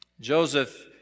Joseph